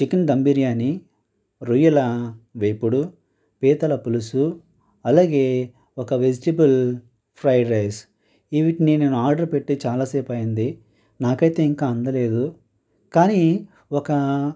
chicken dum biryani రొయ్యల వేపుడు పీతల పులుసు అలాగే ఒక వెజిటబుల్ ఫ్రైడ్ రైస్ ఇవి నేను ఆర్డర్ పెట్టి చాలాసేపు అయింది నాకైతే ఇంకా అందలేదు కానీ ఒక